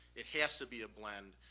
it has to be a blend.